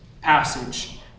passage